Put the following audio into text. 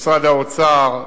משרד האוצר,